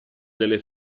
delle